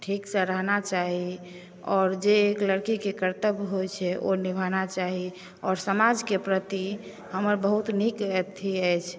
ठीकसँ रहना चाही आओर जे एक लड़कीके कर्तव्य होइ छै ओ निभाना चाही और समाजकेँ प्रति हमर बहुत नीक एथी अछि